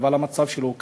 אבל המצב שלו הוא כזה: